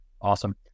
Awesome